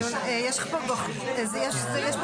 הישיבה